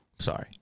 Sorry